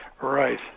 Right